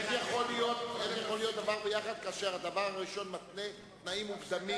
איך יכול להיות דבר ביחד כאשר הדבר הראשון מתנה תנאים מוקדמים?